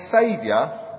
Saviour